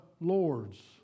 Lord's